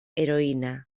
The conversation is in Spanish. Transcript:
heroína